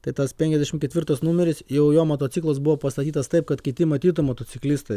tai tas penkiasdešimt ketvirtas numeris jau jo motociklas buvo pastatytas taip kad kiti matytų motociklistą